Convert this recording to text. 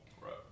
right